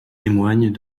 témoignent